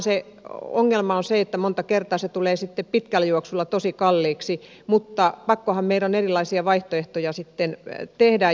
niissä vain ongelma on se että monta kertaa se tulee pitkällä juoksulla tosi kalliiksi mutta pakkohan meidän on erilaisia vaihtoehtoja tehdä